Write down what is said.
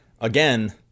again